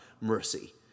mercy